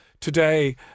today